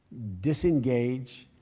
disengage.